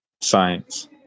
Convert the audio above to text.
Science